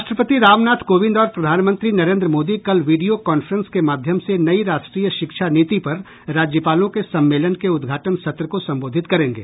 राष्ट्रपति रामनाथ कोविंद और प्रधानमंत्री नरेन्द्र मोदी कल वीडियो कांफ्रेंस के माध्यम से नई राष्ट्रीय शिक्षा नीति पर राज्यपालों के सम्मेलन के उद्घाटन सत्र को संबोधित करेंगे